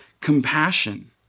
compassion